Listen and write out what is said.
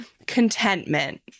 Contentment